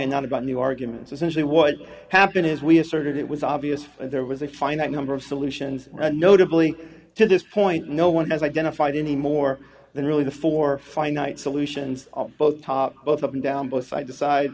and not about new arguments essentially what happened is we asserted it was obvious there was a finite number of solutions notably to this point no one has identified any more than really the four finite solutions both both up and down both side to side